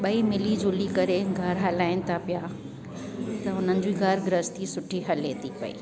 ॿई मिली जुली करे घर हलाइनि था पिया त उन्हनि जूं घर ग्रहस्थी सुठी हले थी पई